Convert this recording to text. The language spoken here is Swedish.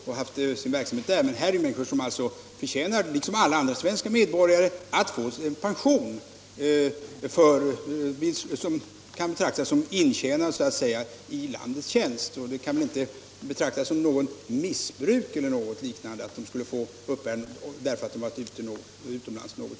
Men nu gäller det människor som i likhet med alla andra svenska medborgare har rätt att få sin pension, som kan betraktas som intjänad i landets tjänst. Att de något år arbetat utomlands ger inte anledning att betrakta det som missbruk eller något liknande att de får uppbära pension.